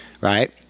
right